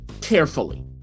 carefully